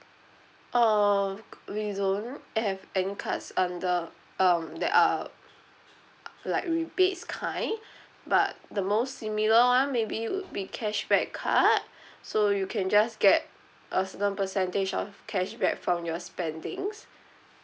uh we don't have any cards under um that are like rebates kind but the most similar one maybe would be cashback card so you can just get a certain percentage of cashback from your spendings